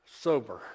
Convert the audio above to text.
sober